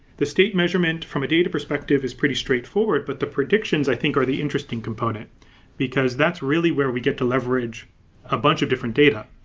the state measurement from a data perspective is pretty straightforward, but the predictions i think are the interesting component because that's really where we get the leverage a bunch of different data.